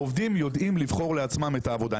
העובדים יודעים לבחור לעצמם את העבודה.